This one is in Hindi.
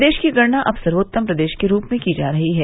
प्रदेश की गणना अब सर्वेत्तम प्रदेश के रूप में की जा रही है